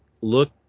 look